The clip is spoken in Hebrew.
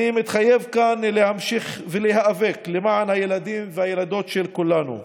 אני מתחייב כאן להמשיך ולהיאבק למען הילדים והילדות של כולנו,